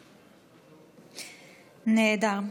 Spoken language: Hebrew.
נהדר.